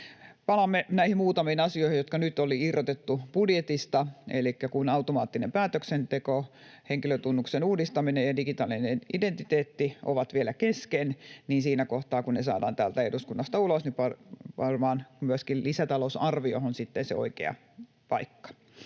Palaamme näihin muutamiin asioihin, jotka nyt oli irrotettu budjetista, elikkä kun automaattinen päätöksenteko, henkilötunnuksen uudistaminen ja digitaalinen identiteetti ovat vielä kesken, niin siinä kohtaa, kun ne saadaan täältä eduskunnasta ulos, varmaan lisätalousarviohan on sitten